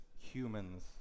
humans